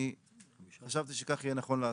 אני חשבתי שכן יהיה נכון לעשות.